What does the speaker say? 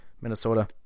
Minnesota